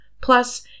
Plus